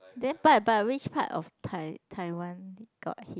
then but but which part of Tai~ Taiwan got hit